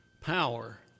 power